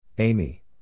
Amy